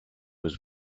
was